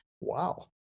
Wow